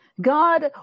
God